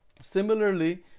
Similarly